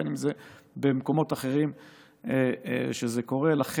בין אם זה במקומות אחרים שזה קורה בהם.